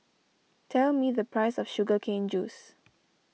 tell me the price of Sugar Cane Juice